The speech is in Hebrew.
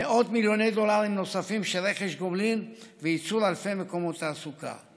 מאות מיליוני דולרים נוספים של רכש גומלין וייצור אלפי מקומות תעסוקה.